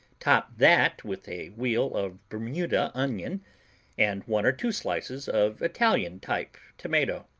top that with a wheel of bermuda onion and one or two slices of italian-type tomato.